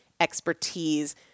expertise